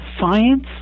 Science